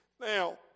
Now